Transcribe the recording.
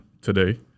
today